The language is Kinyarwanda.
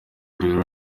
rero